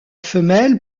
femelle